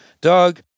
Doug